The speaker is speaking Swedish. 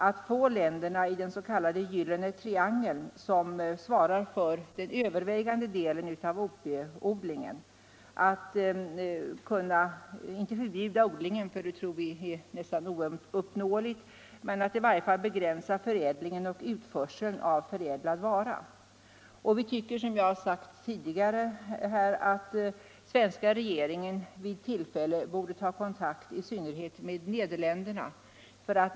att få länderna i den s.k. gyllene triangeln, som svarar för den övervägande delen av opieodlingen, att om inte förbjuda odlingen — det tror vi är nästan ouppnåeligt — så dock i varje fall begränsa förädlingen och utförseln av förädlad vara. Vi tycker, som jag sagt tidigare i kammaren, också att den svenska regeringen vid tillfälle borde ta kontakt med i synnerhet Nederländerna.